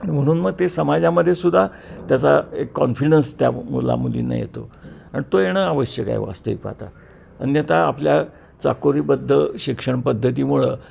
म्हणून मग ते समाजामध्ये सुद्धा त्याचा एक कॉन्फिडन्स त्या मुलामुलींना येतो आणि तो येणं आवश्यक आहे वास्तविक पाहता अन्यथा आपल्या चाकोरीबद्ध शिक्षणपद्धतीमुळं